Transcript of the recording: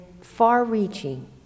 far-reaching